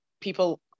people